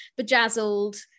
bejazzled